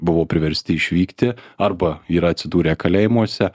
buvo priversti išvykti arba yra atsidūrę kalėjimuose